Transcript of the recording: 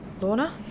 Lorna